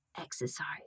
exercise